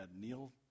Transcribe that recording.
Neil